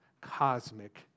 cosmic